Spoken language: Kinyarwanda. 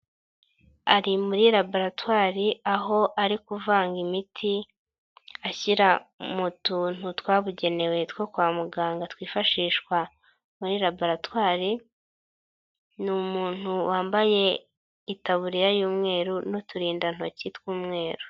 Ari muri laboratwari aho ari kuvanga imiti, ashyira mu tuntu twabugenewe two kwa muganga twifashishwa muri laboratwari, ni umuntu wambaye itaburiya y'umweru n'uturindantoki tw'umweru.